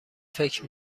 فکر